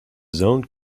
zone